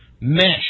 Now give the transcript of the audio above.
mesh